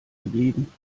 geblieben